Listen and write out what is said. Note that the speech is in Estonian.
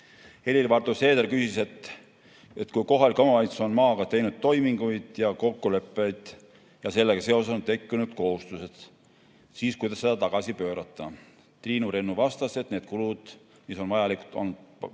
Helir-Valdor Seeder küsis, et kui kohalik omavalitsus on maaga teinud toiminguid ja kokkuleppeid ja sellega seoses on tekkinud kohustused, siis kuidas seda tagasi pöörata. Triinu Rennu vastas, et need kulud, mis on olnud vajalikud